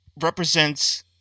represents